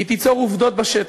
היא תיצור עובדות בשטח.